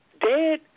dead